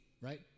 right